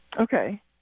Okay